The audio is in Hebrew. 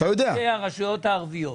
איפה הטעות של ראשי הרשויות הערביות?